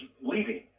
leaving